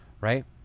Right